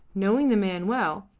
knowing the man well,